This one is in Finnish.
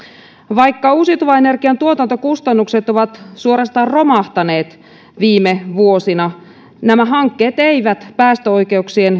vaikka uusiutuvan energian tuotantokustannukset ovat suorastaan romahtaneet viime vuosina nämä hankkeet eivät päästöoikeuksien